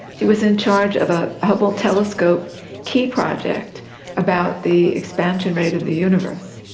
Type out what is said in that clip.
she was in charge of a hubble telescope key project about the expansion rate of the universe.